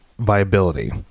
viability